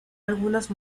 algunas